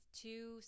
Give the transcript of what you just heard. two